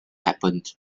happens